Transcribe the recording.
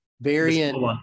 Variant